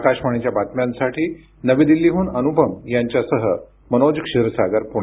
आकाशवाणीच्या बातम्यांसाठी नवी दिल्लीहून अनुपम यांच्यासह मनोज क्षीरसागर पुणे